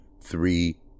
three